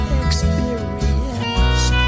experience